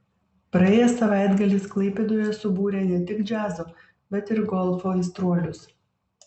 praėjęs savaitgalis klaipėdoje subūrė ne tik džiazo bet ir golfo aistruolius